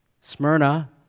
Smyrna